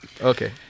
Okay